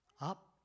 Up